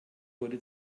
wurde